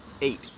eight